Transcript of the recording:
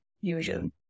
usually